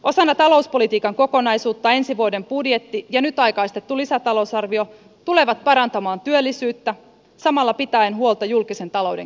osana talouspolitiikan kokonaisuutta ensi vuoden budjetti ja nyt aikaistettu lisätalousarvio tulevat parantamaan työllisyyttä samalla pitäen huolta julkisen talouden kestävyydestä